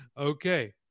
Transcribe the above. okay